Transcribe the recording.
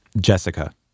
Jessica